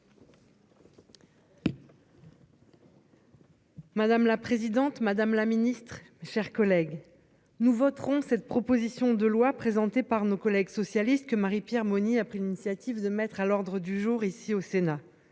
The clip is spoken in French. Madame la présidente, madame la ministre, chers collègues. Nous voterons cette proposition de loi présentée par nos collègues socialistes que Marie-Pierre Monnier a pris l'initiative de mettre à l'ordre du jour, ici au Sénat,